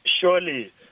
surely